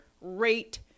rate